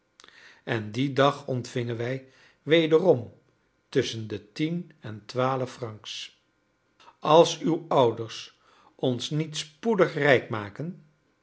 en dien dag ontvingen wij wederom tusschen de tien en twaalf francs als uw ouders ons niet spoedig rijk maken